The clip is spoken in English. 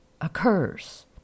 occurs